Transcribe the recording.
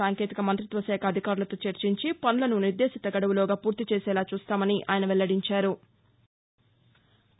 సాంకేతిక మంతిత్వ శాఖ అధికారులతో చర్చించి పనులను నిర్దేశిత గడువులోగా పూర్తి చేసేలా చూస్తామని ఆయన వెల్లడించారు